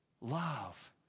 love